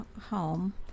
home